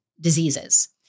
diseases